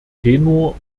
tenor